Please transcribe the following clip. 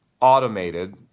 automated